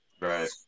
right